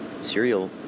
cereal